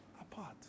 Apart